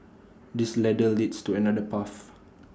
this ladder leads to another path